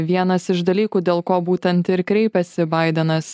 vienas iš dalykų dėl ko būtent ir kreipėsi baidenas